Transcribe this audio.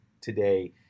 today